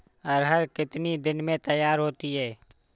अरहर कितनी दिन में तैयार होती है?